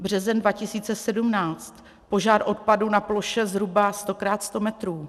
Březen 2017 požár odpadu na ploše zhruba stokrát sto metrů.